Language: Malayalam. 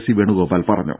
സി വേണുഗോപാൽ പറഞ്ഞു